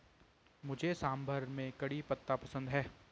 मुझे सांभर में करी पत्ता पसंद है